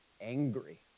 angry